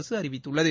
அரசு அறிவித்துள்ளது